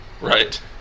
right